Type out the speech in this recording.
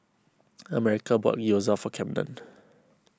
Americo bought Gyoza for Camden